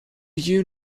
you